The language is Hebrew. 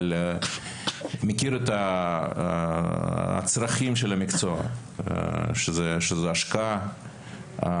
אבל מכיר את הצרכים של המקצוע שזו השקעה,